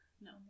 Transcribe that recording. No